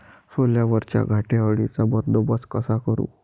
सोल्यावरच्या घाटे अळीचा बंदोबस्त कसा करू?